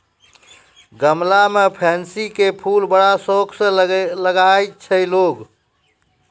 गमला मॅ पैन्सी के फूल बड़ा शौक स लगाय छै लोगॅ